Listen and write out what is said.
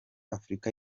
afurika